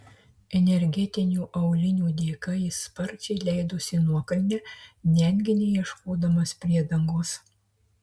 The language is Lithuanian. energetinių aulinių dėka jis sparčiai leidosi nuokalne netgi neieškodamas priedangos